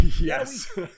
yes